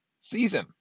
season